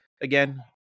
again